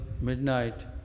midnight